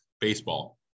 baseball